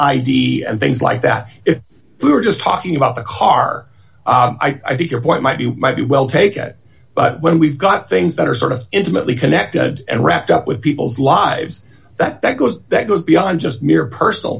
id and things like that if we were just talking about the car i think your point might be well taken but when we've got things that are sort of intimately connected and wrapped up with people's lives that that goes that goes beyond just mere personal